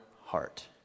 heart